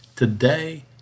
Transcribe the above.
today